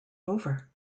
over